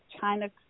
china